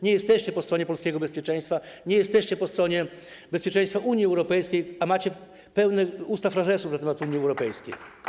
Nie jesteście po stronie polskiego bezpieczeństwa, nie jesteście po stronie bezpieczeństwa Unii Europejskiej, a macie usta pełne frazesów na temat Unii Europejskiej.